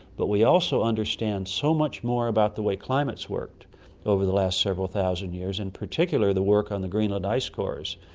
but we also understand so much more about the way climates worked over the last several thousand years, and particularly the work on the greenland ice cores,